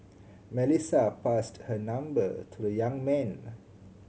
Melissa passed her number to the young man